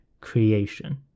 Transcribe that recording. creation